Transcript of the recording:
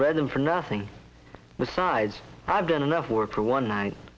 read them for nothing besides i've done enough work for one night